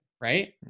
right